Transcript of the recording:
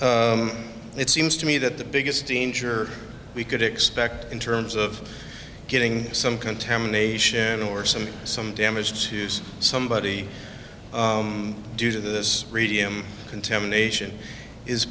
it seems to me that the biggest danger we could expect in terms of getting some contamination or some some damage to somebody due to this radium contamination is